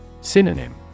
Synonym